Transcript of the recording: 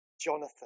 Jonathan